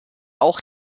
auch